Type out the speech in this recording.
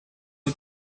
her